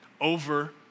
over